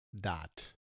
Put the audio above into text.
dot